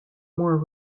more